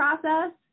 process